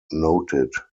noted